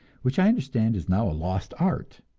which i understand is now a lost art.